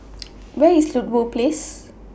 Where IS Ludlow Place